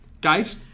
Guys